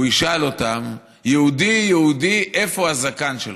הוא ישאל אותם: יהודי, יהודי, איפה הזקן שלך?